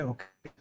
Okay